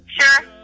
Sure